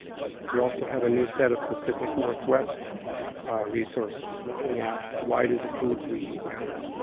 we also have a new set of pacific northwest resources, looking at why do the foods we eat matter.